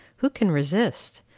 who can resist?